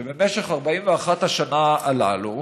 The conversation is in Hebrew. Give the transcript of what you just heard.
ובמשך 41 השנה הללו